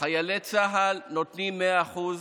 חיילי צה"ל נותנים מאה אחוז,